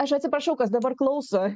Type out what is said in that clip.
aš atsiprašau kas dabar klauso